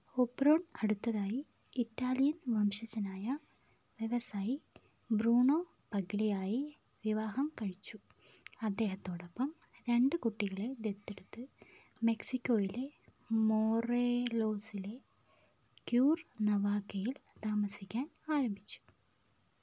Oberon അടുത്തതായി Italian വംശജനായ വ്യവസായി ബ്രൂണോ പഗ്ലിയായെ വിവാഹം കഴിച്ചു അദ്ദേഹത്തോടൊപ്പം രണ്ട് കുട്ടികളെ ദത്തെടുത്ത് മെക്സിക്കോയിലെ മോറെലോസിലെ ക്യൂർ നവാക്കയിൽ താമസിക്കാൻ ആരംഭിച്ചു